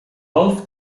golf